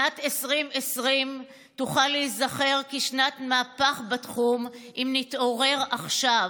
שנת 2020 תוכל להיזכר כשנת מהפך בתחום אם נתעורר עכשיו,